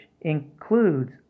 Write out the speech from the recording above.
includes